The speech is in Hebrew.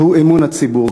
והוא אמון הציבור,